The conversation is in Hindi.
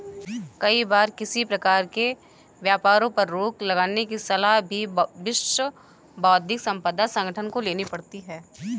कई बार किसी प्रकार के व्यापारों पर रोक लगाने की सलाह भी विश्व बौद्धिक संपदा संगठन को लेनी पड़ती है